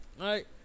right